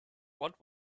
what